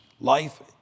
Life